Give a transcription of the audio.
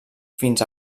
fins